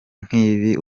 nk’ibi